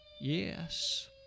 Yes